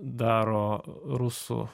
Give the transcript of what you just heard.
daro rusų